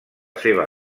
seva